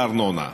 בארנונה,